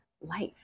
life